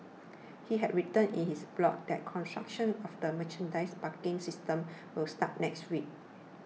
he had written in his blog that construction of the mechanised parking system will start next week